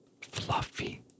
Fluffy